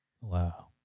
wow